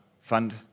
fund